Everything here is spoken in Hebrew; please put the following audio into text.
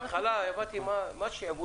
כי בהתחלה חשבתי: מה זה שעבוד?